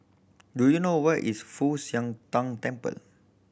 do you know where is Fu Tang Temple